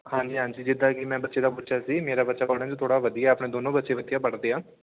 ਹਾਂਜੀ ਹਾਂਜੀ ਜਿੱਦਾਂ ਕਿ ਮੈਂ ਬੱਚੇ ਦਾ ਪੁੱਛਿਆ ਸੀ ਮੇਰਾ ਬੱਚਾ ਪੜ੍ਹਨ 'ਚ ਥੋੜ੍ਹਾ ਵਧੀਆ ਆਪਣੇ ਦੋਨੋਂ ਬੱਚੇ ਵਧੀਆ ਪੜ੍ਹਦੇ ਆ